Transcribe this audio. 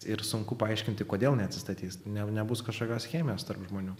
ir sunku paaiškinti kodėl neatsistatys ne nebus kažkokios chemijos tarp žmonių